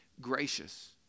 gracious